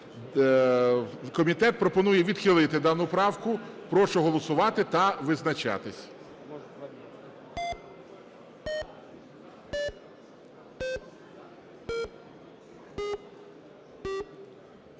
Комітет пропонує відхилити дану правку. Прошу голосувати та визначатися.